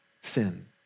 sin